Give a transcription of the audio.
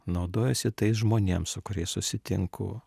naudojuosi tais žmonėm su kuriais susitinku